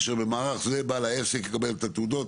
כאשר במערך זה בעל יקבל את התעודות,